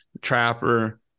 Trapper